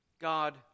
God